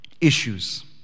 issues